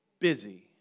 busy